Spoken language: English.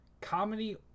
Comedy